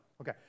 Okay